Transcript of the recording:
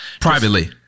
Privately